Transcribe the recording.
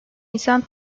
insan